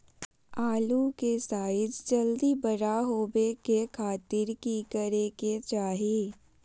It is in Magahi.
आलू के साइज जल्दी बड़ा होबे के खातिर की करे के चाही?